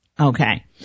Okay